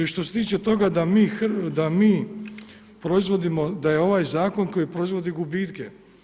Što se tiče toga da mi proizvodimo, da je ovaj zakon koji proizvodi gubitke.